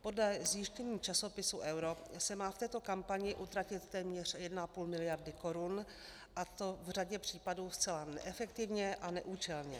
Podle zjištění časopisu Euro se má v této kampani utratit téměř 1,5 mld. korun, a to v řadě případů zcela neefektivně a neúčelně.